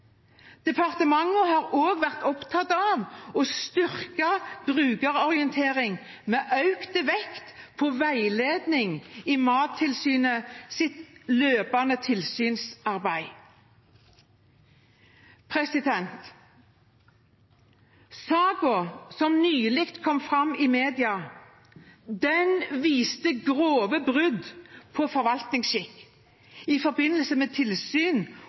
har også vært opptatt av styrket brukerorientering, med økt vekt på veiledning i Mattilsynets løpende tilsynsarbeid. Saken som nylig kom fram i mediene, viste grove brudd på god forvaltningsskikk i forbindelse med et tilsyn